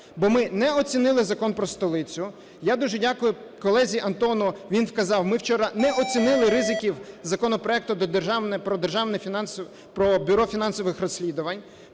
бо ми не оцінили Закон про столицю. Я дуже дякую колезі Антону, він вказав, ми вчора не оцінили ризиків законопроекту про Бюро фінансових розслідувань.